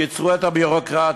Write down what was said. קיצרו את הביורוקרטיה,